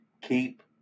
Keep